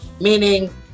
Meaning